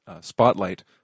spotlight